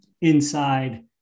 inside